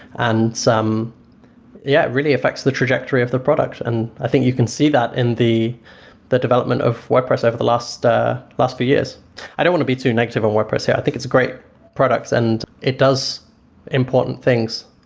and yeah, it really affects the trajectory of the product and i think you can see that in the the development of wordpress over the last the last few years i don't want to be too negative on wordpress here. i think it's great product and it does important things.